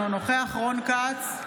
אינו נוכח רון כץ,